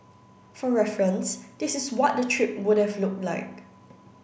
for reference this is what the trip would have looked like